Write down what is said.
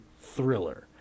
thriller